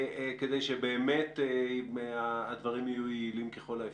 כדי שבאמת הדברים יהיו יעילים ככל האפשר.